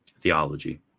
theology